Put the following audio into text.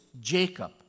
Jacob